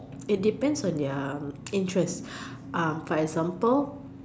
it depends on their interest for example